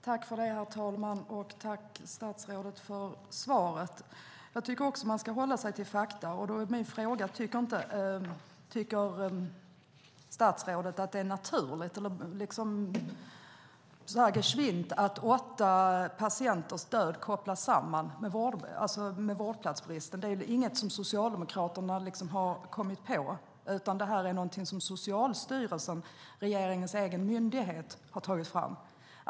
Herr talman! Tack, statsrådet, för svaret! Jag tycker också att man ska hålla sig till fakta. Därför är min fråga om statsrådet tycker att det är naturligt att åtta patienters död kopplas samman med vårdplatsbristen. Det är inget som Socialdemokraterna kommit på, utan det är något som Socialstyrelsen, regeringens egen myndighet, har tagit fram.